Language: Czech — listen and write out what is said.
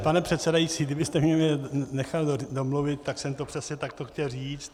Pane předsedající, kdybyste mě nechal domluvit, tak jsem to přesně takto chtěl říct.